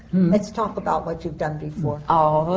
let's talk about what you've done before. oh,